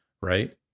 Right